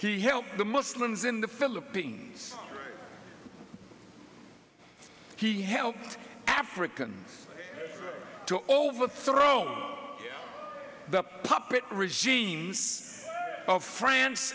he helped the muslims in the philippines he helped africans to overthrow the puppet regimes of france